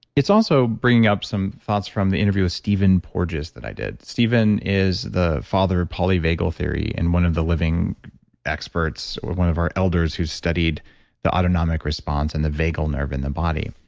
it's also bringing up some thoughts from the interview with stephen porges that i did. stephen is the father of polyvagal theory and one of the living experts, one of our elders who studied the autonomic response and the vagal nerve in the body.